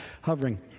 hovering